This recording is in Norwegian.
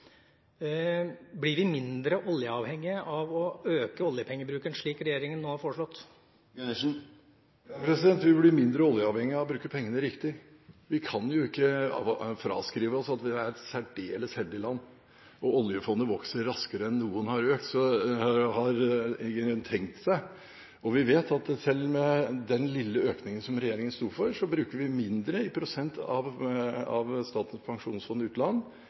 Blir vi mindre oljeavhengige av å øke oljepengebruken, slik regjeringa nå har foreslått? Ja, vi blir mindre oljeavhengige av å bruke pengene riktig. Vi kan ikke fraskrive oss at vi er et særdeles heldig land, og oljefondet vokser raskere enn noen har tenkt seg. Vi vet at selv med den lille økningen som regjeringen sto for, bruker vi i prosent mindre av Statens pensjonsfond utland